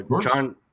john